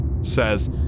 says